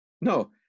No